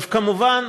כמובן,